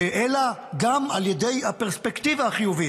אלא גם על ידי הפרספקטיבה החיובית.